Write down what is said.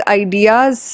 ideas